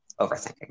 overthinking